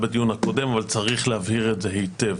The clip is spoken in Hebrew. בדיון הקודם אבל צריך להבהיר את זה היטב.